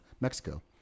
Mexico